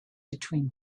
between